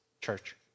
church